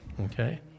Okay